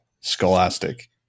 scholastic